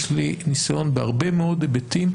יש לי ניסיון בהרבה מאוד היבטים,